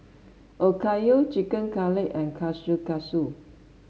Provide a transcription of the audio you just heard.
Okayu Chicken Cutlet and Kushikatsu